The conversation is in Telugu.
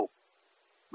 2